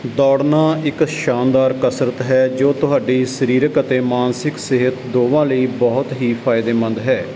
ਦੌੜਨਾ ਇੱਕ ਸ਼ਾਨਦਾਰ ਕਸਰਤ ਹੈ ਜੋ ਤੁਹਾਡੀ ਸਰੀਰਕ ਅਤੇ ਮਾਨਸਿਕ ਸਿਹਤ ਦੋਵਾਂ ਲਈ ਬਹੁਤ ਹੀ ਫਾਇਦੇਮੰਦ ਹੈ